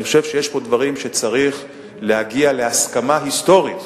אני חושב שיש פה דברים שצריך להגיע בהם להסכמה היסטורית,